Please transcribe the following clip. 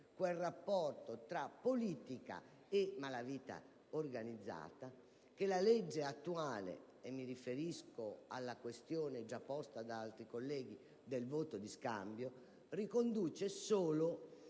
quel rapporto tra politica e malavita organizzata che la legge attuale - mi riferisco alla questione già posta da altri colleghi del voto di scambio - riconduce solo